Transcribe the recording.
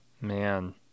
man